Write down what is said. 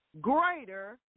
greater